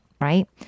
right